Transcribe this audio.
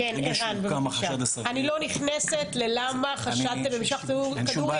שהוקם החשד הסביר --- אני לא נכנסת ללמה חשדתם במשפחת כדורי,